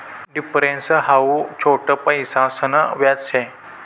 difference how छोट पैसासन व्याज शे